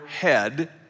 head